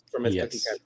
Yes